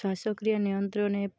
ଶ୍ୱାସକ୍ରିୟା ନିୟନ୍ତ୍ରଣ